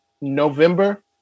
November